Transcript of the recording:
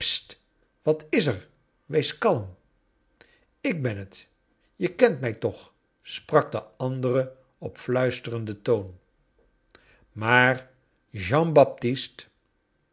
wat is er wees kalm ik ben het je kent mij toch sprak de andere op fiuisterenden toon maar jean baptist